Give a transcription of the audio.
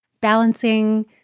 balancing